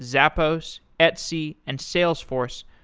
zappos, etsy, and salesforce,